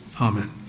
Amen